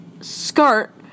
skirt